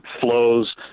flows